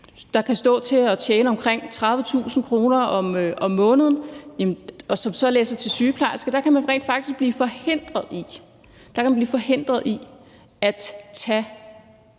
stå til at tjene omkring 30.000 kr. om måneden, og der kan man rent faktisk blive forhindret i at tage